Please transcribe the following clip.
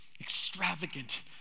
extravagant